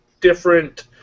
different